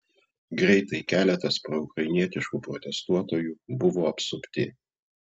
greitai keletas proukrainietiškų protestuotojų buvo apsupti